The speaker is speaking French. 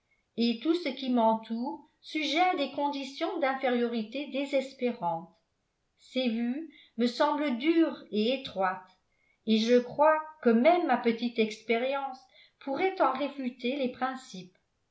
et tout ce qui m'entoure sujet à des conditions d'infériorité désespérante ses vues me semblent dures et étroites et je crois que même ma petite expérience pourrait en réfuter les principes